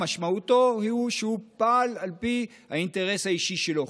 שהוא פעל על פי האינטרס האישי שלו.